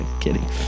kidding